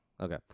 Okay